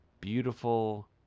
beautiful